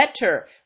better